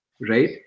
right